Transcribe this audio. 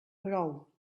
prou